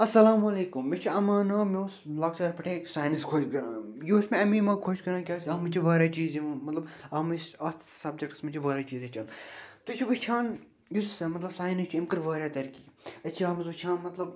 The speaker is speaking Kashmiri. اَسَلامُ علیکُم مےٚ چھُے اَمان ناو مےٚ اوس لۄکچار پٮ۪ٹھَے ساینس خۄش کَران یہِ اوس مےٚ اَمی مۄکھ خۄش کَران کیٛاہ زِ کہِ اَتھ منٛز چھِ واریاہ چیٖز یِم مطلب اَتھ منٛز چھِ اتھ سبجکٹس منٛز چھِ واریاہ چیٖز ہیٚچھان تۄہہِ چھِو وٕچھان یُس مطلب ساینس چھِ یِم کٔر واریاہ ترقی أسۍ چھِ اَتھ منٛز وٕچھان مطلب